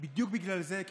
בדיוק בגלל זה,